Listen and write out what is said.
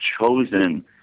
chosen